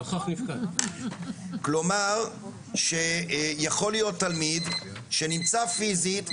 כלומר שיכול להיות תלמיד נמצא פיזית,